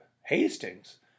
Hastings